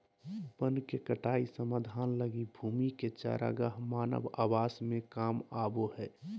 वन के कटाई समाधान लगी भूमि के चरागाह मानव आवास में काम आबो हइ